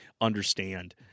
understand